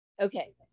Okay